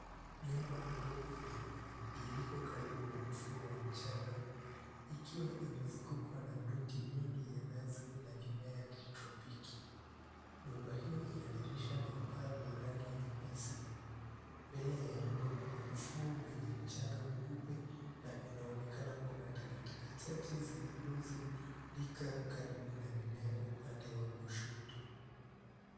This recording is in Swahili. Nyumba ni ndogo nyeupe ilio karibu na ufuo wa mchanga ikiwa imezungukwa na miti mingi ya nazi na mimea ya kitropiki. Nyumba hio ina dirisha na paa la rangi nyeusi. Mbele ya nyumba kuna ufuo wenye mchanga mweupe na unaonekana kuna takataka chache zilizo karibu na mimea upande wa kushoto.